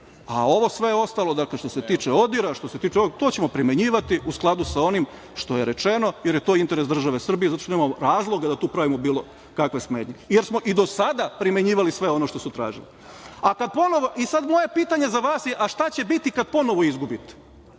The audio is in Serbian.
a ovo sve ostalo, što se tiče ODIR-a, to ćemo primenjivati u skladu sa onim što je rečeno, jer je to interes države Srbije, zato što nema razloga da tu pravimo bilo kakve smetnje, jer smo i do sada primenjivali sve ono što su tražili. Moje pitanje za vas je – šta će biti kada ponovo izgubite?